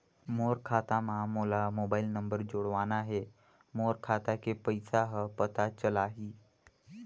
मोर खाता मां मोला मोबाइल नंबर जोड़वाना हे मोर खाता के पइसा ह पता चलाही?